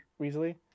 Weasley